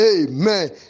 Amen